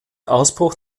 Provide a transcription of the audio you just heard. ausbruch